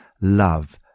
Love